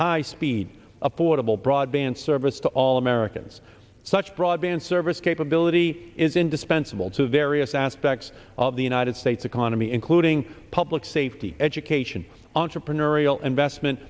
high speed affordable broadband service to all americans such broadband service capability is indispensable to various aspects of the united states economy including public safety education entrepreneurial investment